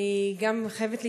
גם אני חייבת להתייחס,